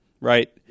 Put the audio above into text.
right